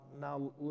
now